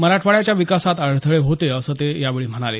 मराठवाड्याच्या विकासात अडथळे होते असं ते यावेळी म्हणाले